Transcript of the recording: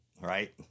Right